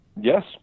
Yes